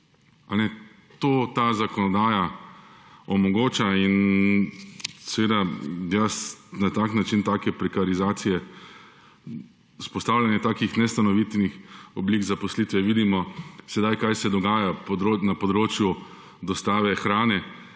To ta zakonodaja omogoča in seveda jaz na tak način take prekarizacije, vzpostavljanje takih nestanovitnih oblik zaposlitve vidimo sedaj kaj se dogaja na področju dostave hrane,